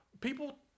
People